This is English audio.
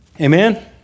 Amen